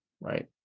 right